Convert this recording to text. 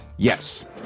Yes